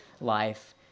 life